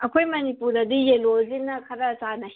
ꯑꯩꯈꯣꯏ ꯃꯅꯤꯄꯨꯔꯗꯗꯤ ꯌꯦꯜꯂꯣꯁꯤꯅ ꯈꯔ ꯆꯥꯟꯅꯩ